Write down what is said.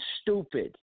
stupid